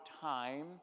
time